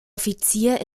offizier